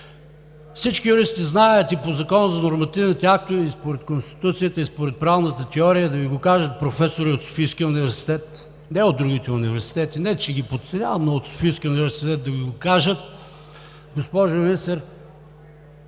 Всички юристи знаят – и по Закона за нормативните актове, и според Конституцията, и според правната теория, да Ви го кажат професори от Софийския университет, не от другите университети, не че ги подценявам, но от Софийския университет да Ви кажат, госпожо Министър,